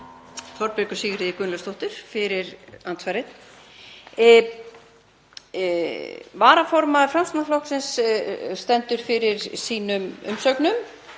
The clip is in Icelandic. Þorbjörgu Sigríði Gunnlaugsdóttur fyrir andsvarið. Varaformaður Framsóknarflokksins stendur fyrir sínum umsögnum.